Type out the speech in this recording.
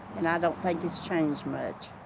and i don't think it's changed much.